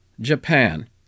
Japan